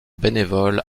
bénévoles